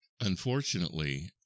Unfortunately